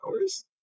hours